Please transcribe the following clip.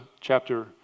chapter